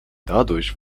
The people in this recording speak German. dadurch